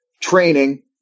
training